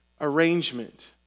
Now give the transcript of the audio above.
arrangement